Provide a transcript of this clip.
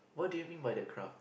what do you mean by the crowd